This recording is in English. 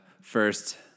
first